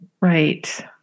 Right